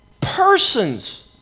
persons